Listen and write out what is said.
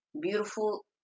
beautiful